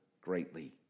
greatly